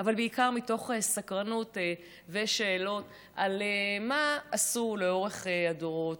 אבל בעיקר מתוך סקרנות ושאלות על מה עשו לאורך הדורות